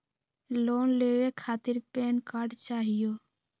Loan लेवे खातीर PAN card चाहियो?